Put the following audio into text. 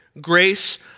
grace